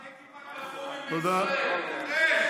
דרך אגב,